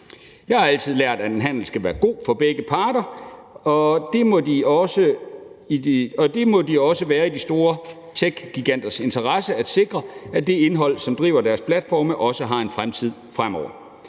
Jeg har altid lært, at en handel skal være god for begge parter, og det må også være i de store techgiganters interesse at sikre, at det indhold, som driver deres platforme, har en fremtid for